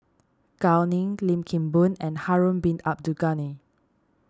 Gao Ning Lim Kim Boon and Harun Bin Abdul Ghani